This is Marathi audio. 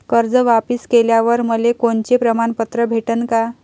कर्ज वापिस केल्यावर मले कोनचे प्रमाणपत्र भेटन का?